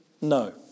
no